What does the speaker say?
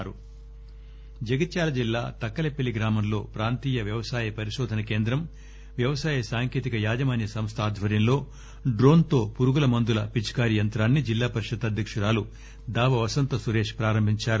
Stinger Bhupalpally Jagtial జిల్లా జగిత్యాల జిల్లా తక్కలపెల్లి గ్రామంలో ప్రాంతీయ వ్యవసాయ పరికోధన కేంద్రం వ్యవసాయ సాంకేతిక యాజమాన్య సంస్థ ఆధ్వర్యం లో డ్రోన్ తో పురుగుమందుల పిచికారీ యంత్రాన్ని జిల్లా పరిషత్ అధ్యకురాలు దావ వసంత సురేష్ ప్రారంభించారు